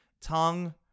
tongue